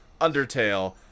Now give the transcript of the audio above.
Undertale